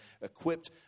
equipped